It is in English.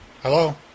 Hello